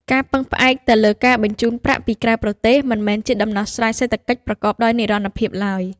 ការពឹងផ្អែកតែលើការបញ្ជូនប្រាក់ពីក្រៅប្រទេស មិនមែនជាដំណោះស្រាយសេដ្ឋកិច្ចប្រកបដោយនិរន្តរភាពឡើយ។